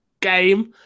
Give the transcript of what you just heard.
game